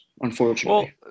unfortunately